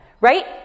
Right